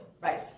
Right